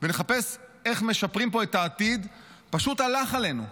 ונחפש איך משפרים פה את העתיד, פשוט הלך עלינו,